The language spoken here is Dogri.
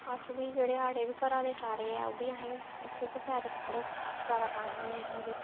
अस बी जेह्ड़े साढ़े बी घरा दे सारे ऐ ओह् बी अहें सीते सेआए दे कपड़े जैदा पान्ने होन्ने अहें बी